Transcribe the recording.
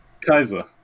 Kaiser